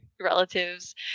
relatives